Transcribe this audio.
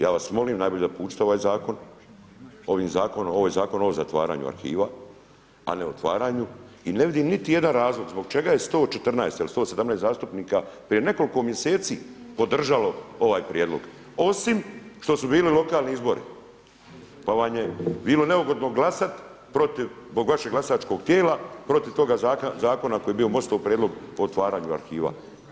Ja vas molim, najbolje da proučite ovaj zakon, ovaj zakon je o zatvaranju arhiva a ne otvaranju i ne vidim niti jedan razlog zbog čega je 114 ili 117 zastupnika, prije nekoliko mjeseci podržalo ovaj prijedlog osim što su bili lokalni izbori pa vam je bilo neugodno glasati zbog vašeg glasačkog tijela protiv toga zakona koji je bio MOST-ov prijedlog o otvaranju arhiva.